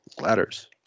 ladders